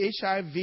HIV